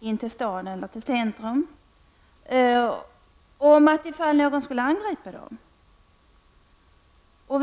in till staden och dess centrum. Den kan vara bra för den händelse någon skulle angripa dem. Så resonerar de.